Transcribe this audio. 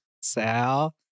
Sal